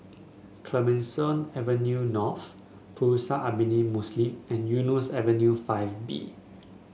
Clemenceau Avenue North Pusara Abadi Muslim and Eunos Avenue Five B